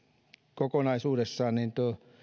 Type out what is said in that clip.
kokonaisuudessaan